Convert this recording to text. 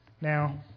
Now